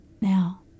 Now